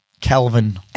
Kelvin